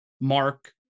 mark